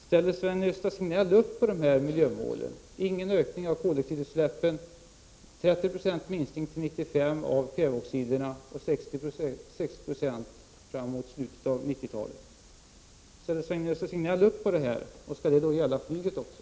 Ställer Sven-Gösta Signell upp på miljömålen: ingen ökning av koldioxidutsläppen, 30 26 minskning av kväveoxiderna till 1995 och 60 96 fram mot slutet av 1990-talet? Skall det då gälla flyget också?